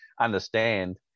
understand